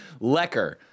lecker